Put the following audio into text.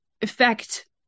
effect